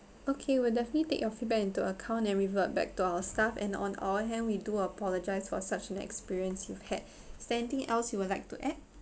okay we'll definitely take your feedback into account and revert back to our staff and on our hand we do apologise for such an experience you had is there anything else you would like to add